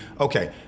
okay